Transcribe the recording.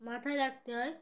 মাথায় রাখতে হয়